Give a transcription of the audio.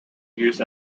used